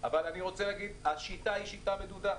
אבל אני רוצה להגיד שהשיטה היא שיטה מדודה.